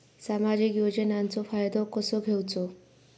सामाजिक योजनांचो फायदो कसो घेवचो?